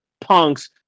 punks